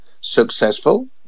successful